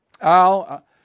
al